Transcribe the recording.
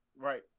Right